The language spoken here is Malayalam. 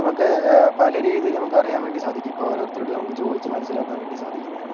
നമുക്ക് പലരീതിയിലും നമുക്ക് അറിയാൻ വേണ്ടി സാധിക്കും ഇപ്പോൾ ഓരോരുത്തരോട് നമുക്ക് ചോദിച്ച് മനസ്സിലാക്കാൻ വേണ്ടി സാധിക്കുന്നതാണ്